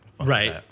Right